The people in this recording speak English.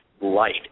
light